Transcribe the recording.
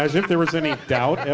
as if there was any doubt